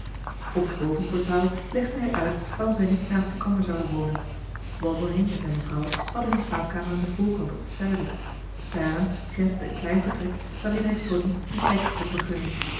op het bovenportaal legde hij uit waarom zij niet naast elkander zouden wonen wandelheem en zijne vrouw hadden hun slaapkamer aan den voorkant op het zuiden daaraan grensde een klein vertrek waarin hij tonie een kijkje kon vergunnen